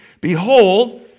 behold